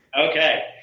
Okay